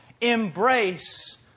embrace